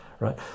Right